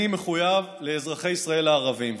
אני מחויב לאזרחי ישראל הערבים,